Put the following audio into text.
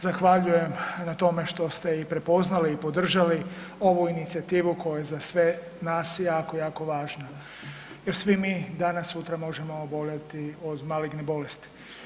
Zahvaljujem na tome što ste i prepoznali i podržali ovu inicijativu koja je za sve nas jako, jako važna, jer svi mi danas-sutra možemo oboljeti od maligne bolesti.